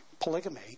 polygamy